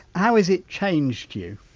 how has it changed you?